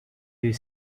you